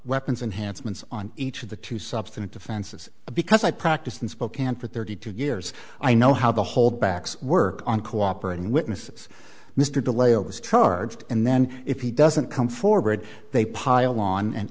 weapons and hansen's on each of the two substitute defenses because i practiced in spokane for thirty two years i know how the holdbacks work on cooperating witnesses mr delay always charged and then if he doesn't come forward they pile on an